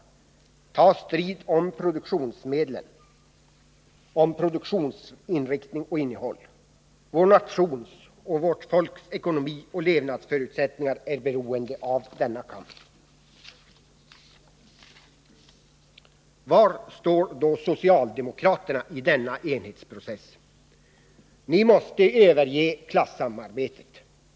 Vi måste ta strid om produktionsmedlen, om produktionens inriktning och innehåll. Vår nations och vårt folks ekonomi och levnadsförutsättningar är beroende av denna kamp. Var står då socialdemokraterna i denna enhetsprocess? Ni måste överge klassamarbetet.